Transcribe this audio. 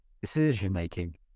decision-making